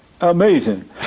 Amazing